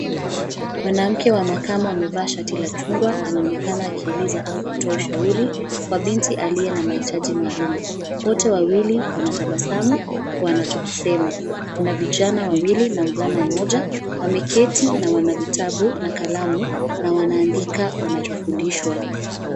Mwanamke wa makamu amevaa shati la chungwa anaonekana akieleza au kutoa ushauri kwa binti aliye na mahitaji maalum. Wote wawili wanatabasamu kwa anacho kisema. Kuna vijana wawili na mvulana mmoja, wameketi na wana vitabu na kalamu. Wanaandika wanachofundishwa.